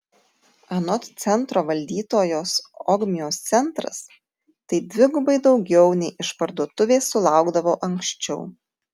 anot centro valdytojos ogmios centras tai dvigubai daugiau nei išparduotuvės sulaukdavo anksčiau